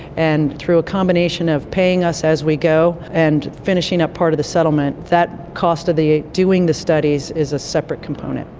and through a combination of paying us as we go and finishing up part of the settlement, that cost of doing the studies is a separate component.